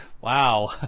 wow